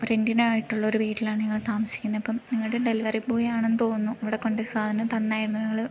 റെൻ്റിനായിട്ടുള്ളൊരു വീട്ടിലാണ് ഞങ്ങൾ താമസിക്കുന്നത് ഇപ്പം നിങ്ങളുടെ ഡെലിവറി ബോയ് ആണെന്നു തോന്നുന്നു ഇവിടെ കൊണ്ട് സാധനം തന്നായിരുന്നു ഞങ്ങൾ